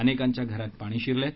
अनेकांच्या घरात पाणी शिरले आहे